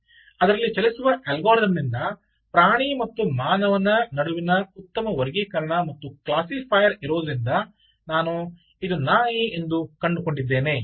ಅದರಲ್ಲಿ ಚಲಿಸುವ ಅಲ್ಗಾರಿದಮ್ನಿಂದ ಪ್ರಾಣಿ ಮತ್ತು ಮಾನವನ ನಡುವಿನ ಉತ್ತಮ ವರ್ಗೀಕರಣ ಮತ್ತು ಕ್ಲಾಸಿಫೈಯರ್ ಇರುವುದರಿಂದ ನಾನು "ಇದು ನಾಯಿ" ಎಂದು ಕಂಡುಕೊಂಡಿದ್ದೇನೆ